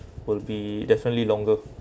will be definitely longer